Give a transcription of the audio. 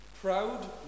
Proud